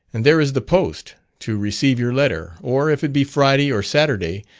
and there is the post to receive your letter, or if it be friday or saturday,